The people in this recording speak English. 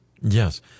Yes